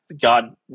God